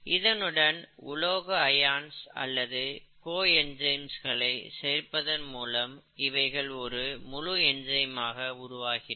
இதனுடன் உலோக ஐஆன்ஸ் அல்லது கோ என்சைம்ஸ்களை சேர்ப்பதன் மூலம் இவைகள் ஒரு முழு என்சைம்ஆக உருவாகிறது